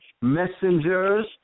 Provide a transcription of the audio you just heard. messengers